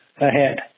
ahead